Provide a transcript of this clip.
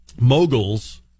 moguls